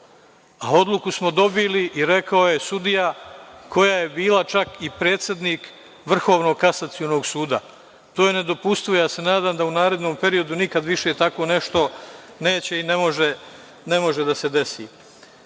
A odluku smo dobili i rekao je sudija, koja je bila, čak i predsednik Vrhovnog kasacionog suda. To je nedopustivo. Ja se nadam da u narednom periodu nikada više tako nešto neće i ne može da se